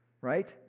Right